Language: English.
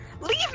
Leave